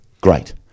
Great